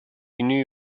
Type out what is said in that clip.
new